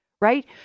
right